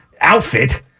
outfit